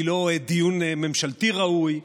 היא לא דיון ממשלתי ראוי,